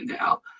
now